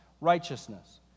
righteousness